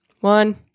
One